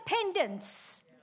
independence